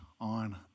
on